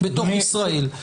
בתוך ישראל.